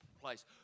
place